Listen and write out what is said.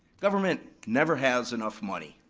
government never has enough money.